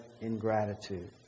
ingratitude